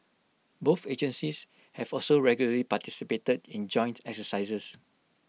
both agencies have also regularly participated in joint exercises